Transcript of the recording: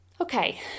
Okay